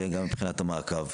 וגם מבחינת המעקב.